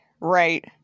right